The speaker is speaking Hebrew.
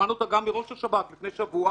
ושמענו אותה גם מראש השב"כ לפני שבוע